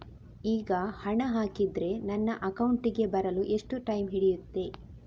ಈಗ ಹಣ ಹಾಕಿದ್ರೆ ನನ್ನ ಅಕೌಂಟಿಗೆ ಬರಲು ಎಷ್ಟು ಟೈಮ್ ಹಿಡಿಯುತ್ತೆ?